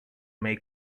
mae